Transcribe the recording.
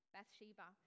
Bathsheba